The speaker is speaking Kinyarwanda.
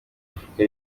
afurika